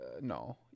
No